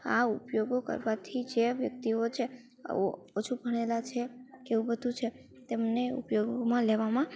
આ ઉપયોગો કરવાથી જે વ્યક્તિઓ છે ઓછું ભણેલા છે એવું બધું છે તેમને ઉપયોગમાં લેવામાં